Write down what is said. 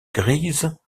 grise